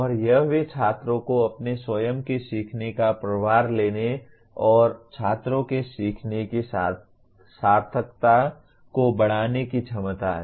और यह भी छात्रों को अपने स्वयं के सीखने का प्रभार लेने और छात्रों के सीखने की सार्थकता को बढ़ाने की क्षमता है